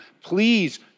Please